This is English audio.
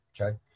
Okay